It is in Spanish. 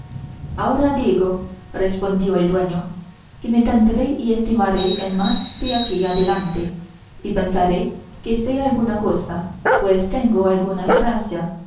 ahora digo respondió el dueño que me tendré y estimaré en más de aquí adelante y pensaré que sé alguna cosa pues tengo alguna gracia